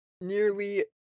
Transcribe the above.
Nearly